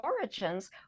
origins